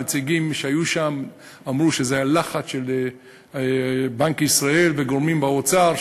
נציגים שהיו שם אמרו שזה היה לחץ של בנק ישראל וגורמים באוצר,